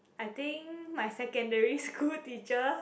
I think my secondary school teacher